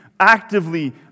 actively